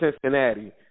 Cincinnati